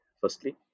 firstly